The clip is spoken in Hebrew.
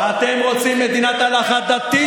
תוותר על, בושה.